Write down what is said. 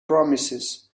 promises